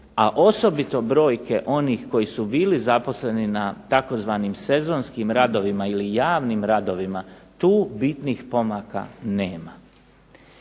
a osobito brojke onih koji su bili zaposleni na tzv. sezonskim radovima ili javnim radovima tu bitnih pomaka nema.